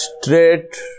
straight